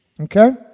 Okay